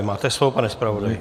Máte slovo, pane zpravodaji.